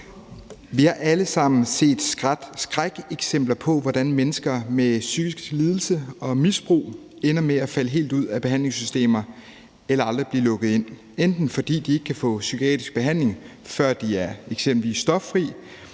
Vi har alle set skrækeksempler på, hvordan mennesker med psykiske lidelser og misbrug ender med at falde helt ud af behandlingssystemer eller aldrig blive lukket ind, enten fordi de ikke kan få psykiatrisk behandling, før de eksempelvis er stoffri,